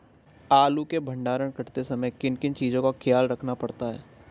आलू के भंडारण करते समय किन किन चीज़ों का ख्याल रखना पड़ता है?